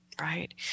right